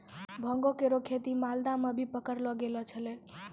भांगो केरो खेती मालदा म भी पकड़लो गेलो छेलय